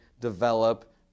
develop